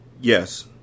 Yes